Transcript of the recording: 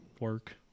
work